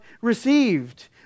received